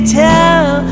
tell